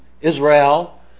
Israel